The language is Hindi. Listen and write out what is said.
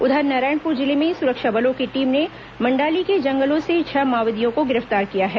उधर नारायणपुर जिले में सुरक्षा बलों की टीम ने मंडाली के जंगलों से छह माओवादियों को गिरफ्तार किया है